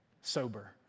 sober